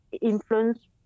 influence